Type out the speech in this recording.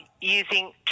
using